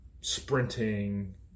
sprinting